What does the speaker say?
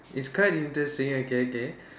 its quite interesting okay okay